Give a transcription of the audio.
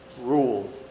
Rule